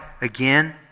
again